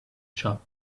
shop